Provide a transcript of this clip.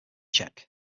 check